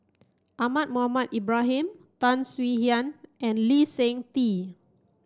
Ahmad Mohamed Ibrahim Tan Swie Hian and Lee Seng Tee